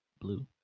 blue